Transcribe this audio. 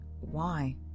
Why